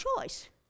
choice